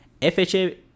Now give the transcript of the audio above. FHA